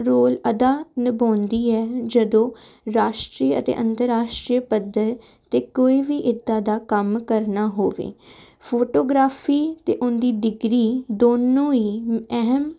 role ਅਦਾ ਨਿਭਾਉਂਦੀ ਹੈ ਜਦੋਂ ਰਾਸ਼ਟਰੀ ਅਤੇ ਅੰਤਰਰਾਸ਼ਟਰੀ ਪੱਧਰ 'ਤੇ ਕੋਈ ਵੀ ਇੱਦਾਂ ਦਾ ਕੰਮ ਕਰਨਾ ਹੋਵੇ ਫੋਟੋਗ੍ਰਾਫੀ 'ਤੇ ਉਹ ਦੀ ਡਿਗਰੀ ਦੋਨੋਂ ਹੀ ਅਹਿਮ